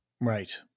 Right